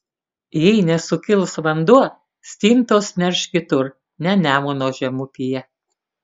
jei nesukils vanduo stintos nerš kitur ne nemuno žemupyje